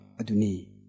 Aduni